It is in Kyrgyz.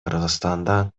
кыргызстанда